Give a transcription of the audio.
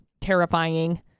terrifying